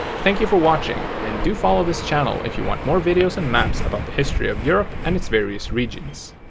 thank you for watching, and do follow this channel if you want more videos and maps about the history of europe and its various regions.